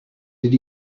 did